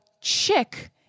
chick